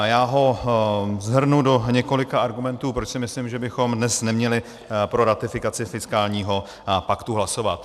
Já ho shrnu do několika argumentů, proč si myslím, že bychom dnes neměli pro ratifikaci fiskálního paktu hlasovat.